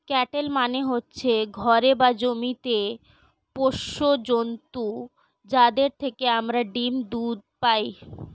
cattle মানে হচ্ছে ঘরে বা জমিতে পোষ্য জন্তু যাদের থেকে আমরা ডিম, দুধ পাই